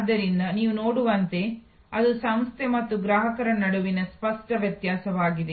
ಆದ್ದರಿಂದ ನೀವು ನೋಡುವಂತೆ ಅದು ಸಂಸ್ಥೆ ಮತ್ತು ಗ್ರಾಹಕರ ನಡುವಿನ ಸ್ಪಷ್ಟ ವ್ಯತ್ಯಾಸವಾಗಿದೆ